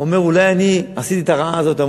אומר: אולי אני עשיתי את הרעה הזאת.